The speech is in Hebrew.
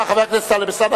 חבר הכנסת אלסאנע.